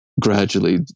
Gradually